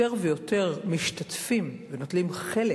יותר ויותר משתתפים ונוטלים חלק